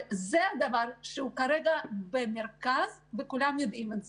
זה הדבר שכרגע הוא במרכז, וכולם יודעים את זה.